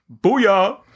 booyah